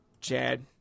Chad